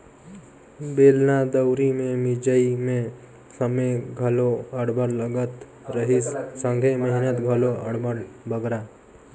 बेलना दउंरी मे मिंजई मे समे घलो अब्बड़ लगत रहिस संघे मेहनत घलो अब्बड़ बगरा